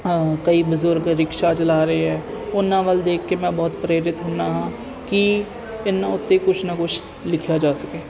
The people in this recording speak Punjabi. ਹਾਂ ਕਈ ਬਜ਼ੁਰਗ ਰਿਕਸ਼ਾ ਚਲਾ ਰਹੇ ਹੈ ਉਹਨਾਂ ਵੱਲ ਦੇਖ ਕੇ ਮੈਂ ਬਹੁਤ ਪ੍ਰੇਰਿਤ ਹੁੰਦਾ ਹਾਂ ਕਿ ਇਹਨਾਂ ਉੱਤੇ ਕੁਛ ਨਾ ਕੁਛ ਲਿਖਿਆ ਜਾ ਸਕੇ